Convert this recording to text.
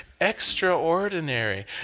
extraordinary